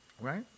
Right